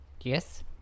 Yes